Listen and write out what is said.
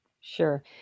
Sure